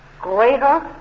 greater